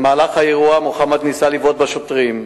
במהלך האירוע, מוחמד ניסה לבעוט בשוטרים,